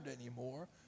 anymore